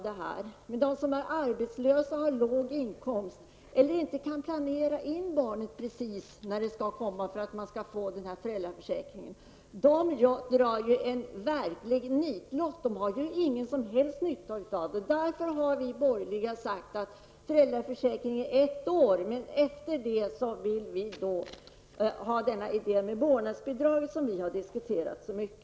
De som är arbetslösa, de som har låg inkomst eller de som inte kan planera in barnet på sådant sätt att de får del av denna föräldraförsäkring drar en verklig nitlott. De har ingen som helst nytta av föräldraförsäkringen. Därför har vi borgerliga sagt att föräldraförsäkringen skall vara ett år, men efter det vill vi att det vårdnadsbidrag som vi har diskuterat i dag skall utgå.